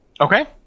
Okay